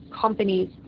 companies